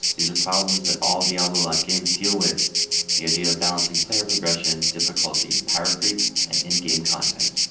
these are problems that all diablo-like games deal with the idea of balancing player progression, difficulty, power creep, and endgame content.